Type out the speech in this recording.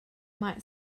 might